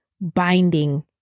binding